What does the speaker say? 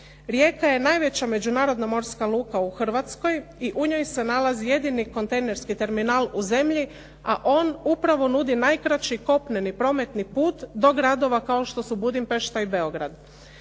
Rijeka je najveća međunarodna morska luka u Hrvatskoj i u njoj se nalazi jedini kontejnerski terminal u zemlji a on upravo nudi najkraći kopneni prometni put do gradova kao što su Budimpešta i Beograd.